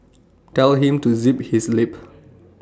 tell him to zip his lip